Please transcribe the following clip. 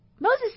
Moses